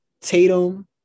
Tatum